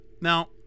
now